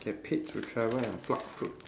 get paid to travel and pluck fruit